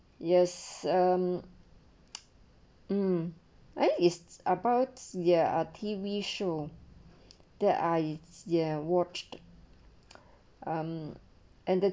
yes um mm eh is about ya ah T_V show that I watched um and the